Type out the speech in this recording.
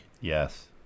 Yes